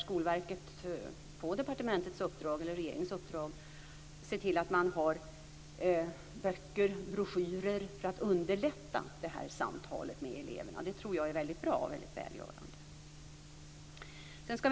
Skolverket ser på regeringens uppdrag till att det finns böcker och broschyrer för att underlätta det här samtalet med eleverna. Jag tror att det är väldigt bra och välgörande.